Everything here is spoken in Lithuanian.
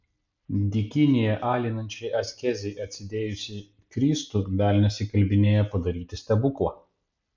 dykynėje alinančiai askezei atsidėjusį kristų velnias įkalbinėja padaryti stebuklą